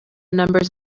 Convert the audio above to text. numbers